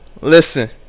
Listen